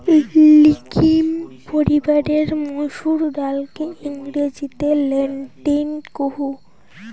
legume পরিবারের মসুর ডালকে ইংরেজিতে লেন্টিল কুহ